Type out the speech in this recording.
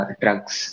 drugs